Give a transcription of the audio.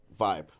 vibe